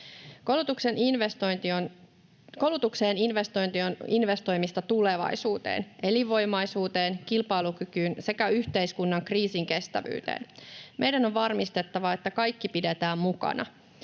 Koulutukseen investointi on investoimista tulevaisuuteen, elinvoimaisuuteen, kilpailukykyyn sekä yhteiskunnan kriisinkestävyyteen. Meidän on varmistettava, että kaikki pidetään mukana.